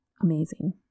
amazing